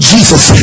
Jesus